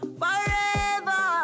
forever